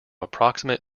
approximate